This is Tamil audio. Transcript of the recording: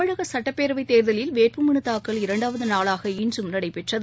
தமிழக சட்டப் பேரவைத் தேர்தலில் வேட்புமனு தாக்கல் இரண்டாவது நாளாக இன்றும் நடைபெற்றது